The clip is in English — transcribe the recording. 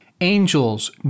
Angels